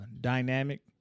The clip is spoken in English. Dynamic